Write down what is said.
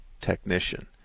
technician